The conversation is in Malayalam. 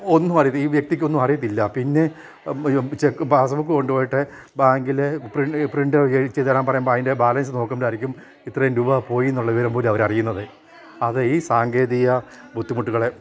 ഒന്നും അറിയത്തില്ല ഈ വ്യക്തിക്കൊന്നും അറിയത്തില്ല പിന്നെ പാസ്ബുക്ക് കൊണ്ടു പോയിട്ട് ബാങ്കിൽ പ്രിൻ്റ് എടുത്ത് തരാൻ പറയുമ്പോൾ അതിൻ്റെ ബാലൻസ് നോക്കുമ്പോഴായിരിക്കും ഇത്രയുംം രൂപ പോയി എന്നുള്ള വിവരം പോലും അവർ അറിയുന്നത് അത് ഈ സാങ്കേതിക ബുദ്ധിമുട്ടുകളെ